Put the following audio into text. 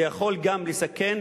זה יכול גם לסכן,